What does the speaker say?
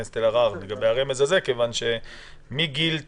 הכנסת אלהרר לגבי הרמז הזה מכיוון שמגיל תשע,